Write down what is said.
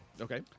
Okay